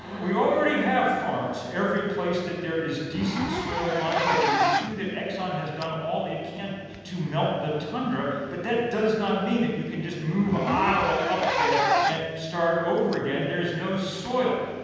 we already have farms every where that there is decent soil on earth. it is true that exxon has done all it can to melt the tundra, but that does not mean that you can just move iowa up there and start over again. there is no soil.